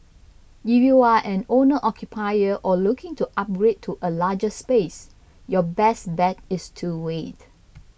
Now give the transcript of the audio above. if you are an owner occupier or looking to upgrade to a larger space your best bet is to wait